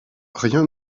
rien